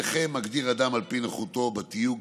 "נכה" מגדיר אדם על פי נכותו בתיוג